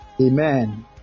Amen